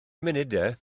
munudau